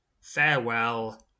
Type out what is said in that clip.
Farewell